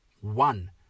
One